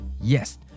Yes